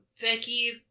Becky